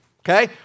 okay